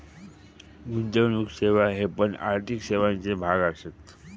गुंतवणुक सेवा हे पण आर्थिक सेवांचे भाग असत